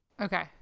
Okay